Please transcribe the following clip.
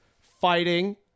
fighting